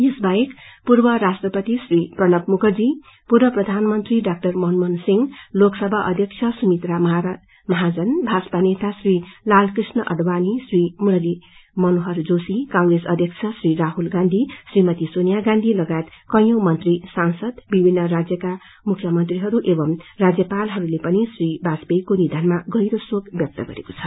यसवाहेक पूर्व राष्ट्रपति श्री प्रण्व मुखर्जी पूर्व प्रधानमंत्री डा मनमोहन सिंह लाकसभा अध्यक्ष सुमित्रा महाजन भाजपा नेता श्री लालकृष्ण आड़वाणी श्री मुरली मनोहर जोशी कांग्रेस अध्यक्ष श्री राहुल गांधी श्रीमती सोनिया गांधी लगायत कैंयौ मंत्री सांसद विभिन्न राज्यका मुख्य मंत्रीहरू एवं राज्यपालहरूले पनि श्री बाजपेयीको निधनमा गहिरो शोक व्यक्त गरेका छन्